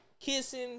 Kissing